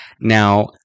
Now